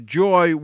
joy